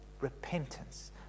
repentance